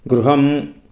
गृहम्